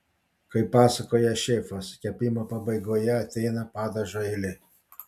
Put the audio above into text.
kaip pasakoja šefas kepimo pabaigoje ateina padažo eilė